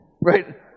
right